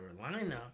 Carolina